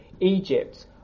Egypt